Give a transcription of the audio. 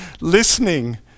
listening